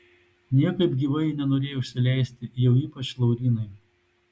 niekaip gyvai ji nenorėjo užsileisti jau ypač laurynui